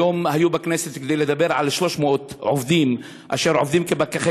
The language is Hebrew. היום הם היו בכנסת כדי לדבר על 300 עובדים אשר עובדים כפקחי